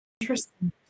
interesting